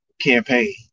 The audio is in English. campaign